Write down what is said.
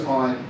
on